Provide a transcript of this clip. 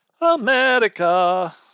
America